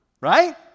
Right